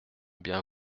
bien